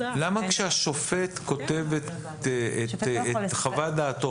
כשהשופט כותב את חוות דעתו,